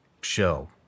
show